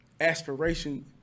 aspiration